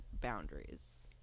boundaries